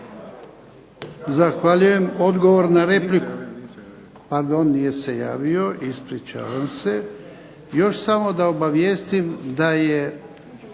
Zahvaljujem, odgovor na repliku